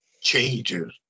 changes